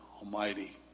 Almighty